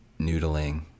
noodling